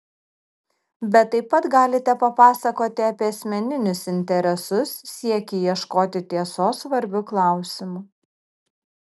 bet taip pat galite papasakoti apie asmeninius interesus siekį ieškoti tiesos svarbiu klausimu